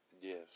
Yes